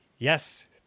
Yes